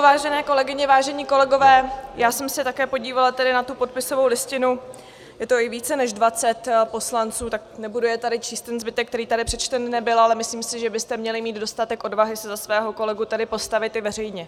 Vážené kolegyně, vážení kolegové, já jsem se také podívala na tu podpisovou listinu, je to i více než dvacet poslanců, tak nebudu číst ten zbytek, který tady přečten nebyl, ale myslím si, že byste měli mít dostatek odvahy se za svého kolegu tady postavit i veřejně.